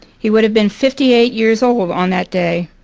he would have been fifty eight years old on that day.